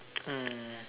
mm